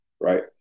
right